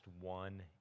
one